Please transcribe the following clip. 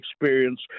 experience